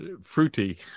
fruity